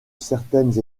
certaines